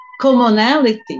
commonality